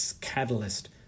catalyst